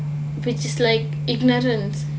which is like ignorance